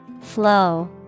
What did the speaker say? Flow